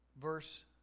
Verse